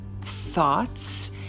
thoughts